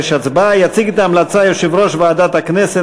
ותועבר להכנה לקריאה שנייה ושלישית בוועדת הכלכלה,